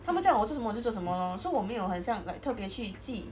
他们叫我做什么我就做什么 lor so 我没有很像 like 特别去记